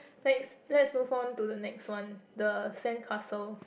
let's let's move on to the next one the sandcastle